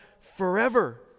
forever